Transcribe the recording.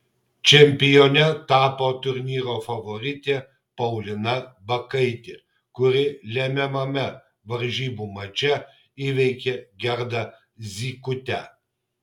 čempione tapo turnyro favoritė paulina bakaitė kuri lemiamame varžybų mače įveikė gerdą zykutę